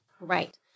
Right